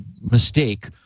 mistake